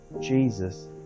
Jesus